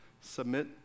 submit